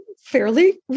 fairly